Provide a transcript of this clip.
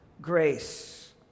grace